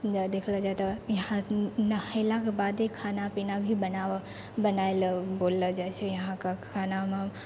जा देखलौ जाइ तऽ इहाँ नहेलाके बादे ही खाना पीना भी बनाबऽ बनाइ लअ बोलल जाइ छै इहाँके खानामे